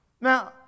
now